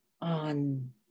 on